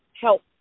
help